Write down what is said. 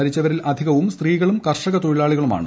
മരിച്ചവരിൽ അധികവും സ്ത്രീകളും കർഷകത്തൊഴിലാളികളുമാണ്